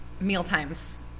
mealtimes